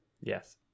Yes